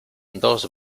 dos